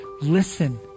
listen